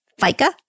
FICA